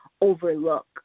overlook